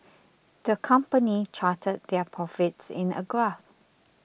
the company charted their profits in a graph